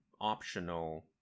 optional